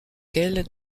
elle